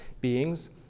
beings